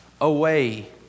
away